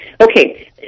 Okay